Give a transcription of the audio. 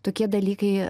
tokie dalykai